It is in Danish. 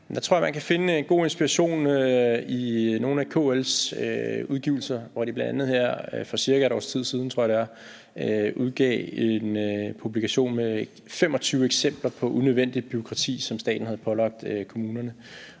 man kan finde god inspiration i nogle af KL's udgivelser, hvor de bl.a. her for cirka et års tid siden, tror jeg det er, udgav en publikation med 25 eksempler på unødvendigt bureaukrati, som staten havde pålagt kommunerne.